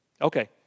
Okay